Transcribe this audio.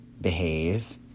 behave